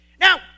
Now